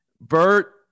Bert